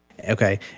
okay